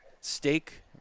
steak